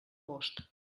most